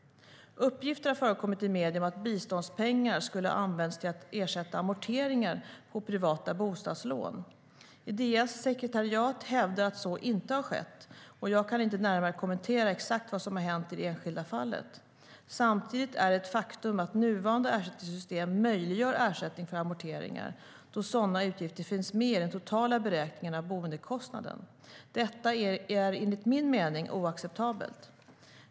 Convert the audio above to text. Uppgifter har förekommit i medierna om att biståndspengar skulle ha använts till att ersätta amorteringar på privata bostadslån. Ideas sekretariat hävdar att så inte har skett, och jag kan inte närmare kommentera exakt vad som hänt i det enskilda fallet. Samtidigt är det ett faktum att nuvarande ersättningssystem möjliggör ersättning för amorteringar, då sådana utgifter finns med i den totala beräkningen av boendekostnaden. Detta är enligt min mening oacceptabelt.